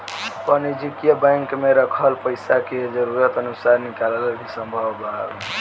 वाणिज्यिक बैंक में रखल पइसा के जरूरत अनुसार निकालल भी संभव बावे